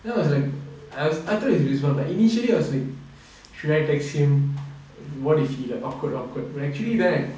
then I was like I thought it's ridzwan but initially I was like should I text him what if he like awkward awkward but actually right